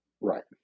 Right